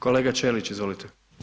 Kolega Ćelić, izvolite.